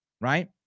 right